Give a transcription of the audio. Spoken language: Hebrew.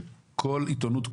שכל העיתונות,